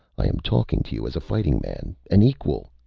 i am talking to you as a fighting man, an equal.